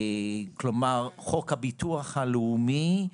כלומר חוק הביטוח הלאומי,